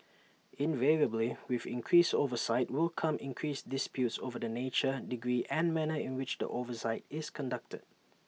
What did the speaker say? invariably with increased oversight will come increased disputes over the nature degree and manner in which the oversight is conducted